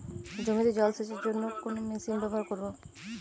জমিতে জল সেচের জন্য কোন মেশিন ব্যবহার করব?